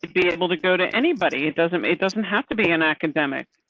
be able to go to anybody. it doesn't. it doesn't have to be an academic.